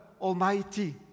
almighty